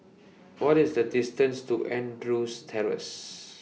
What IS The distance to Andrews Terrace